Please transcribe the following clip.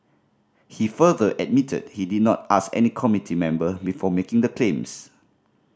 he further admitted he did not ask any committee member before making the claims